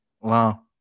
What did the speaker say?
Wow